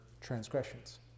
transgressions